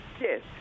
Yes